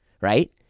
Right